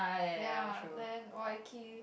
ya then Waikir